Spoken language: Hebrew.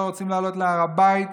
ואנו לא רוצים לעלות להר הבית,